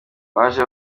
baje